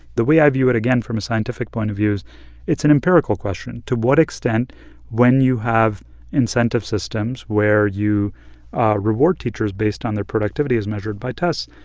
the way i view it, again, from a scientific point of view, is it's an empirical question. to what extent when you have incentive systems where you reward teachers based on their productivity, as measured by tests,